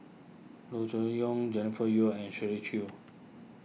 Loo Choon Yong Jennifer Yeo and Shirley Chew